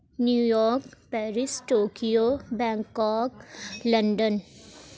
new York Paris Tokyo Bangkok London